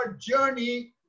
journey